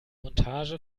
montage